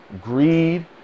greed